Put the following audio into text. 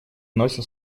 носят